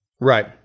Right